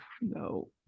No